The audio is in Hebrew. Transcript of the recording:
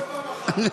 עוד פעם אחת.